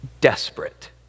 desperate